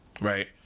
right